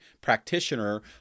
practitioner